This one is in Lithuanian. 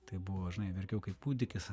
tai buvo žinai verkiau kaip kūdikis